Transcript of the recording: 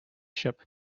ship